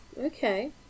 okay